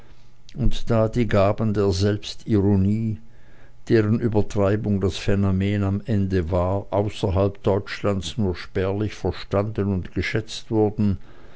und da die gaben der selbstironie deren übertreibung das phänomen am ende war außerhalb deutschlands nur spärlich verstanden und geschätzt werden